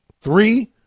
three